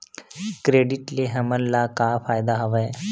Credit ले हमन ला का फ़ायदा हवय?